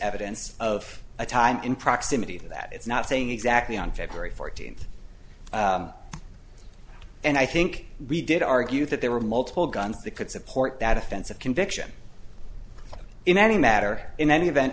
evidence of a time in proximity that it's not saying exactly on february fourteenth and i think we did argue that there were multiple guns that could support that offensive conviction in any matter in any event